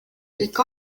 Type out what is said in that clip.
kõik